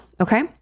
okay